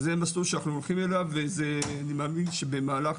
אז זה מסלול שאנחנו הולכים אליו וזה אני מאמין שבמהלך